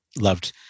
loved